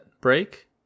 break